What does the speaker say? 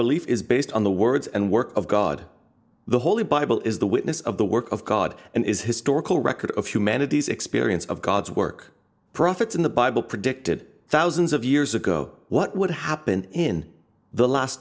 belief is based on the words and works of god the holy bible is the witness of the work of god and is historical record of humanity's experience of god's work prophets in the bible predicted thousands of years ago what would happen in the last